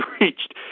reached